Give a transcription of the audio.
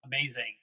Amazing